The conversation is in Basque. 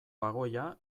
bagoia